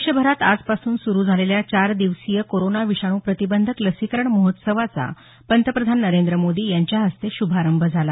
देशभरात आजपासून सुरू झालेल्या चार दिवसीय कोरोना विषाणू प्रतिबंधक लसीकरण महोत्सवाचा पंतप्रधान नरेंद्र मोदी यांच्या हस्ते श्रभारंभ झाला